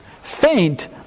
faint